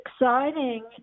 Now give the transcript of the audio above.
exciting